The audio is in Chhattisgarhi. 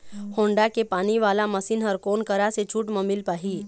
होण्डा के पानी वाला मशीन हर कोन करा से छूट म मिल पाही?